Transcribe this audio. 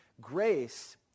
grace